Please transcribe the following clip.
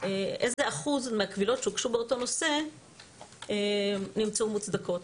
איזה אחוז מהקבילות שהוגשו באותו נושא נמצאו מוצדקות.